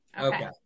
Okay